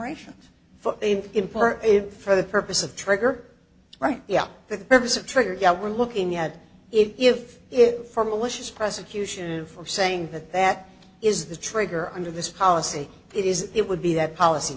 exaggerations in part for the purpose of trigger right yeah the purpose of trigger yeah we're looking at it if it for malicious prosecution for saying that that is the trigger under this policy it is it would be that policy